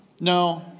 No